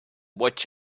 watch